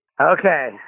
okay